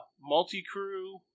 multi-crew